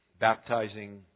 Baptizing